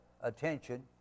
attention